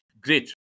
Great